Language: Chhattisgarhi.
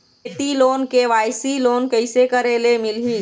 खेती लोन के.वाई.सी लोन कइसे करे ले मिलही?